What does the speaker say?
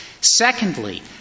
Secondly